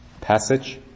passage